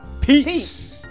Peace